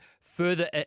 further